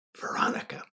Veronica